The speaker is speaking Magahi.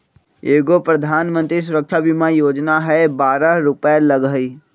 एगो प्रधानमंत्री सुरक्षा बीमा योजना है बारह रु लगहई?